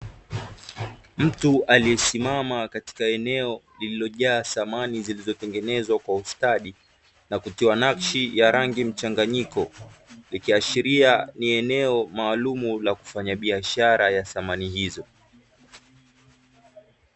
Mtu aliyesimama katika eneo lililojaa samani zilizo tengenezwa kwa ustadi na kutiwa nakshi ya rangi mchanganyiko, likiashiria ni eneo maalumu la kufanya biashara ya samani hizo.